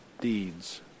deeds